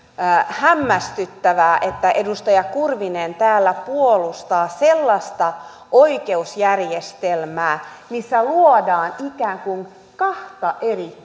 hämmästyttävää että edustaja kurvinen täällä puolustaa sellaista oikeusjärjestelmää missä luodaan ikään kuin kahta eri